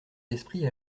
d’esprit